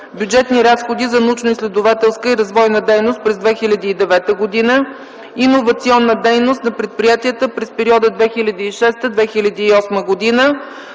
бюджетни разходи за научноизследователска и развойна дейност през 2009 г.; - иновационна дейност за предприятията през периода 2006-2008 г.